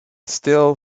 steel